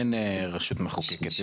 אין רשות מחוקקת.